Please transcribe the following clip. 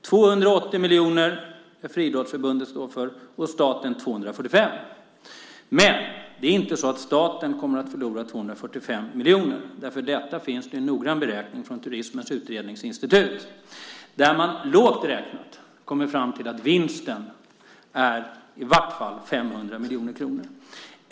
280 miljoner ska Friidrottsförbundet stå för, och staten ska stå för 245 miljoner. Men det är inte så att staten kommer att förlora 245 miljoner. Det finns en noggrann beräkning från Turismens Utredningsinstitut. Man kommer lågt räknat fram till att vinsten är i varje fall 500 miljoner kronor.